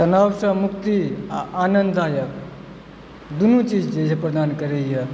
तनावसंँ मुक्ति आ आनन्ददायक दुनू चीज जे प्रदान करैए